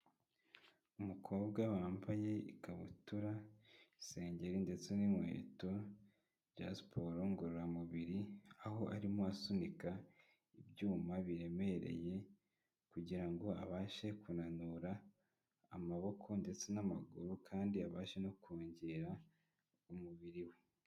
Umukobwa wambaye ikabutura, isengeri ndetse n'inkweto bya siporo ngororamubiri, aho arimo asunika ibyuma biremereye kugira ngo abashe kunanura amaboko ndetse n'amaguru kandi abashe no kongera umubiri we.